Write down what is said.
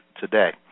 today